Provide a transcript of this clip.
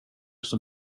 som